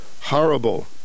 horrible